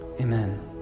Amen